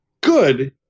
good